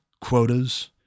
quotas